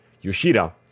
Yoshida